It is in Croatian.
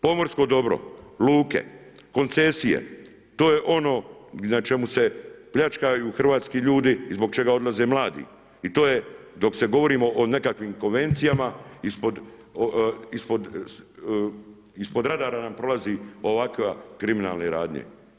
Pomorsko dobro, luke, koncesije, to je ono na čemu se pljačkaju hrvatski ljudi i zbog čega odlaze mladi i to je dok se govori o nekakvim konvencijama, ispod radara nam prolaze ovakve kriminalne radnje.